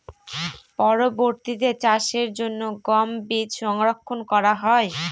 পরবর্তিতে চাষের জন্য গম বীজ সংরক্ষন করা হয়?